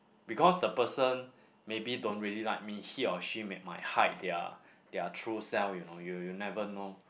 because the person maybe don't really like me he or she may might hide their their true self you know you you never know